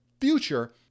future